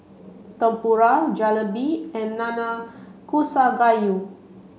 Tempura Jalebi and Nanakusa Gayu